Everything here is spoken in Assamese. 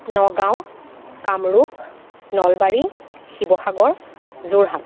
নগাঁও কামৰূপ নলবাৰী শিৱসাগৰ যোৰহাট